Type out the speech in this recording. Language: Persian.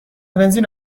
بنزین